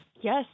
Yes